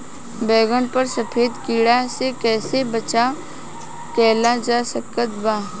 बैगन पर सफेद कीड़ा से कैसे बचाव कैल जा सकत बा?